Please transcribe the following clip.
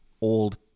old